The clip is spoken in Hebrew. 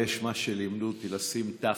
יש מה שלימדו אותי, לשים ת"ת,